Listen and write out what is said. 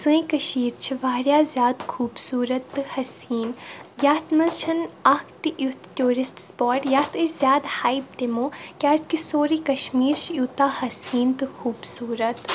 سٲنۍ کٔشیٖر چھِ واریاہ زِیادٕ خوٗبصوٗرَت تہٕ حَسیٖن یَتھ منٛز چھنہٕ اَکھ تہِ اِیُتھ ٹوٗرِسٹ سپاٹ یَتھ أسۍ زِیادٕ ہایپ دِمو کِیٛازِ کہِ سورُے کَشمیٖر چھِ یوٗتاہ حَسیٖن تہٕ خوبصوٗرَت